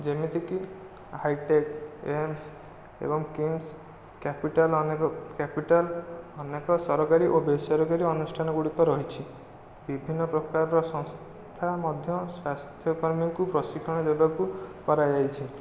ଯେମିତିକି hitech AIIMS ଏବଂ KIMS capital ଅନେକ କ୍ୟାପିଟାଲ ଅନେକ ସରକାରୀ ଓ ବେସରକାରୀ ଅନୁଷ୍ଠାନ ଗୁଡ଼ିକ ରହିଛି ବିଭିନ୍ନ ପ୍ରକାରର ସଂସ୍ଥା ମଧ୍ୟ ସ୍ୱାସ୍ଥ୍ୟ କର୍ମୀଙ୍କୁ ପ୍ରଶିକ୍ଷଣ ଦେବାକୁ କରାଯାଇଛି